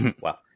wow